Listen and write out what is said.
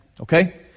okay